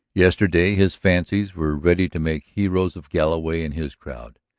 yesterday his fancies were ready to make heroes of galloway and his crowd,